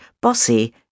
bossy